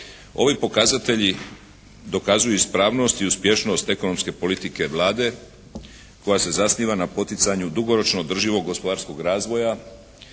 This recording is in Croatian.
Ovi pokazatelji dokazuju ispravnost i uspješnost ekonomske politike Vlade koja se zasniva na poticanju dugoročno održivog gospodarskog razvoja